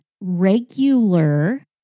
regular